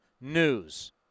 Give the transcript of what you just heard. news